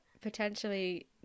potentially